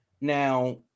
Now